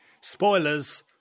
spoilers